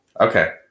Okay